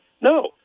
No